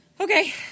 okay